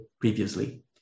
previously